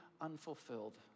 unfulfilled